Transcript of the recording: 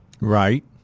Right